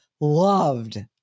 loved